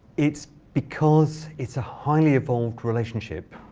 it's because it's a highly evolved relationship,